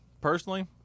personally –